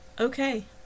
Okay